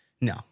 No